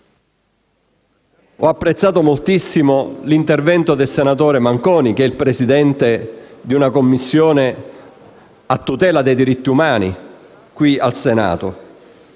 Ho apprezzato moltissimo l'intervento del senatore Manconi, Presidente della Commissione a tutela dei diritti umani qui al Senato,